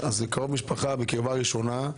ועל קרוב משפחה מקרבה ראשונה.